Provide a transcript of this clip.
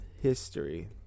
history